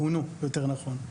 פונו יותר נכון,